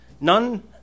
none